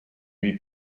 lui